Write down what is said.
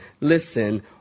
Listen